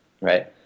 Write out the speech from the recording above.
right